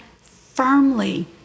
firmly